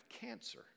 cancer